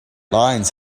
lions